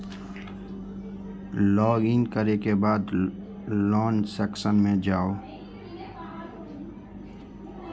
log in करै के बाद लोन सेक्शन मे जाउ